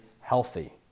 healthy